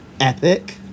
Epic